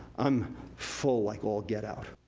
i'm full like all get out.